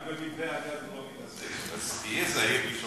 רק במתווה הגז הוא לא מתערב, אז תהיה זהיר בלשונך.